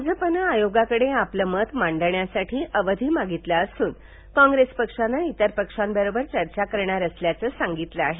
भाजपानं आयोगाकडे आपलं मत मांडण्यासाठी अवधी मागितला असून कॉंग्रेस पक्षानं इतर पक्षांबरोबर चर्चा करणार असल्याचं सांगितलं आहे